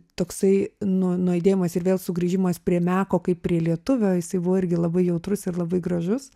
toksai nu nujudėjimas ir vėl sugrįžimas prie meko kaip prie lietuvio jisai buvo irgi labai jautrus ir labai gražus